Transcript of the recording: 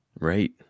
Right